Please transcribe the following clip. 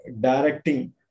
directing